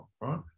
right